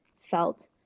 felt